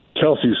Kelsey